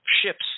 ships